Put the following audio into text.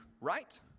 right